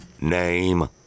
name